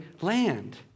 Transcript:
land